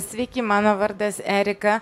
sveiki mano vardas erika